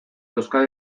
euskal